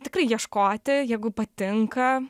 tikrai ieškoti jegu patinka